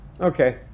Okay